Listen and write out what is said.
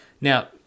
now